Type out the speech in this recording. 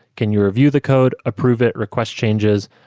can you review the code? approve it? request changes?